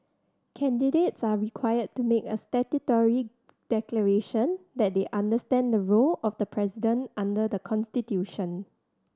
candidates are required to make a statutory declaration that they understand the role of the president under the constitution